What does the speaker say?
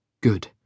Good